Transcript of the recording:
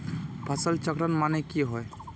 फसल चक्रण माने की होय?